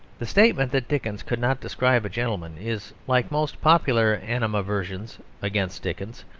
the statement that dickens could not describe a gentleman is, like most popular animadversions against dickens,